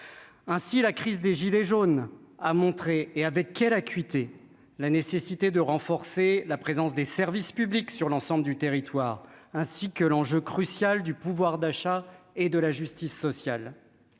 ainsi la crise des gilets jaunes a montré, et avec quelle acuité la nécessité de renforcer la présence des services publics sur l'ensemble du territoire, ainsi que l'enjeu crucial du pouvoir d'achat et de la justice sociale,